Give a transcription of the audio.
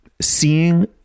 seeing